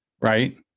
Right